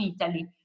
Italy